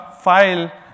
file